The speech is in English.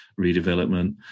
redevelopment